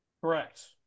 Correct